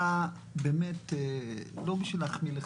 לא בשביל להחמיא לך,